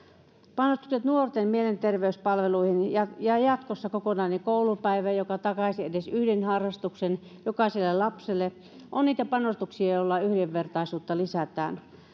panostukset nuorten mielenterveyspalveluihin ja ja jatkossa kokonainen koulupäivä joka takaisi edes yhden harrastuksen jokaiselle lapselle ovat niitä panostuksia joilla yhdenvertaisuutta lisätään